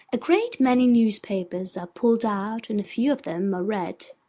a great many newspapers are pulled out, and a few of them are read.